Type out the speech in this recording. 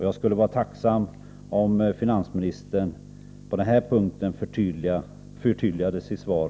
Jag skulle vara tacksam om finansministern på den här punkten något förtydligade sitt svar.